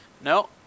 No